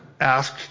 Asked